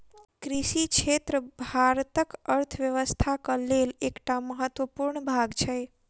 कृषि क्षेत्र भारतक अर्थव्यवस्थाक लेल एकटा महत्वपूर्ण भाग छै